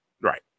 right